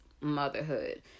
motherhood